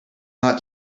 not